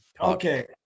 Okay